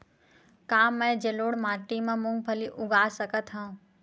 का मैं जलोढ़ माटी म मूंगफली उगा सकत हंव?